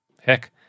heck